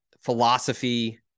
philosophy